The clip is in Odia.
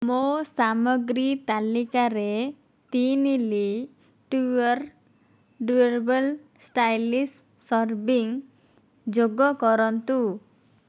ମୋ ସାମଗ୍ରୀ ତାଲିକାରେ ତିନି ଲି ଟ୍ରୁୱେର୍ ଡ୍ୟୁରେବଲ୍ ଷ୍ଟାଇଲସ୍ ସର୍ଭିଂ ଯୋଗ କରନ୍ତୁ